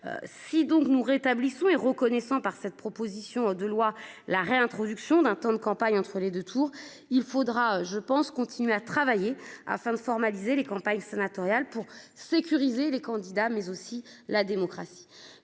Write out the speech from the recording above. Si donc nous rétablissons et reconnaissant par cette proposition de loi la réintroduction d'un temps de campagne entre les 2 tours, il faudra je pense continuer à travailler afin de formaliser les campagnes sénatoriales pour sécuriser les candidats mais aussi la démocratie.